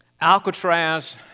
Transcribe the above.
Alcatraz